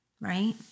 right